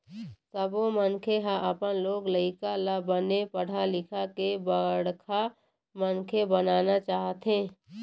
सब्बो मनखे ह अपन लोग लइका ल बने पढ़ा लिखा के बड़का मनखे बनाना चाहथे